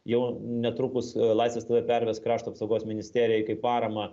jau netrukus laisvės tv perves krašto apsaugos ministerijai kaip paramą